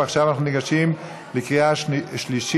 עכשיו אנחנו ניגשים לקריאה שלישית,